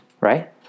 Right